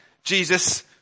Jesus